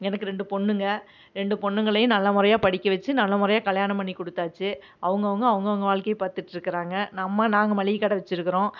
எனக்கு ரெண்டு பொண்ணுங்க ரெண்டு பொண்ணுங்களையும் நல்லா முறையா படிக்க வச்சி நல்ல முறையா கல்யாணம் பண்ணி குடுத்தாச்சு அவங்கவுங்க அவங்கவுங்க வாழ்க்கையை பார்த்துட்ருக்கறாங்க நம்ம நாங்கள் மளிகை கடை வச்சிருக்கறோம்